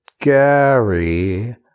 Gary